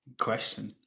Question